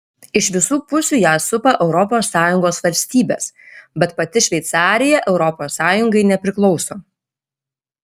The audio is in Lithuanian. iš visų pusių ją supa europos sąjungos valstybės bet pati šveicarija europos sąjungai nepriklauso